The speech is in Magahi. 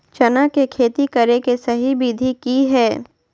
चना के खेती करे के सही विधि की हय?